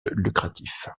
lucratif